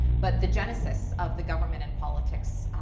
but the genesis of the government and politics